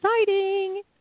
exciting